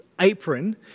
Apron